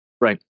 Right